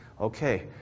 okay